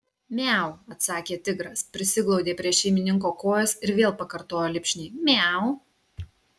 miau atsakė tigras prisiglaudė prie šeimininko kojos ir vėl pakartojo lipšniai miau